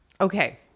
okay